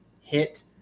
hit